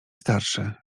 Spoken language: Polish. starsze